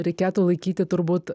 reikėtų laikyti turbūt